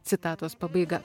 citatos pabaiga